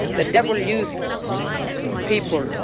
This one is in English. the devil use people,